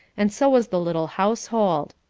and so was the little household.